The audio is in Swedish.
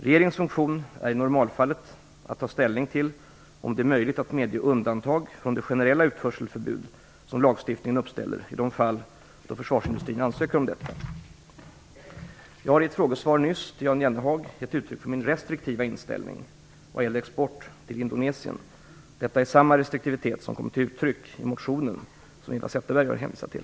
Regeringens funktion i normalfallet är att ta ställning till om det är möjligt att medge undantag från det generella utförselförbud som lagstiftningen uppställer i de fall försvarsindustrin ansöker om detta. Jag har i ett frågesvar nyss till Jan Jennehag gett uttryck för min restriktiva inställning vad gäller export till Indonesien. Detta är samma restriktivitet som kommit till uttryck i motionen Eva Zetterberg hänvisat till.